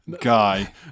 guy